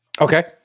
okay